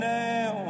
now